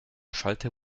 schalter